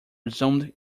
resumed